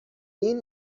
این